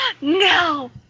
no